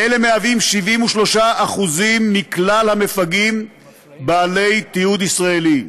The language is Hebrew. והם 73% מכלל המפגעים בעלי תיעוד ישראלי.